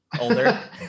Older